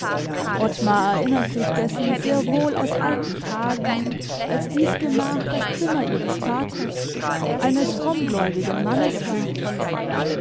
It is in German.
ottmar erinnert sich dessen sehr wohl aus alten tagen als dies gemach das zimmer ihres vaters eines frommgläubigen mannes war